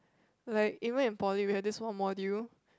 like even in poly we have this what module